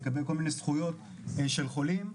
לגבי כל מיני זכויות של חולים.